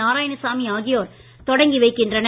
நாராயணசாமி ஆகியோர் தொடங்கி வைக்கின்றனர்